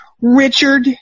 Richard